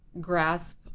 grasp